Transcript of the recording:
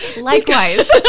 Likewise